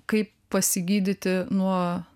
kaip pasigydyti nuo